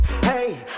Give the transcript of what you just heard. hey